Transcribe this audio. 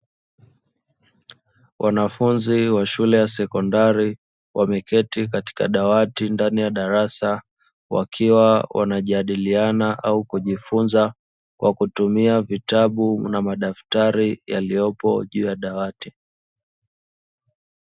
Wanafunzi wa shule ya sekondari wameketi katika dawati ndani ya darasa, wakiwa wanajadiliana au kujifunza kwa kutumia vitabu na madaftari yaliyopo juu ya dawati.